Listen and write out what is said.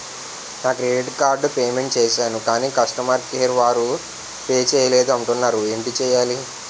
నా credit card payment చేసాను కాని కస్టమర్ కేర్ వారు పే చేయలేదు అంటున్నారు ఏంటి చేయాలి?